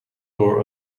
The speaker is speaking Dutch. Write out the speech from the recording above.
door